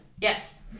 Yes